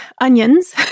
onions